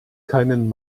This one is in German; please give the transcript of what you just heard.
keinen